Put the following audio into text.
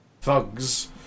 thugs